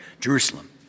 Jerusalem